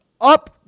up